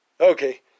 Okay